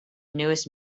newest